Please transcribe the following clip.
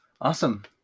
Awesome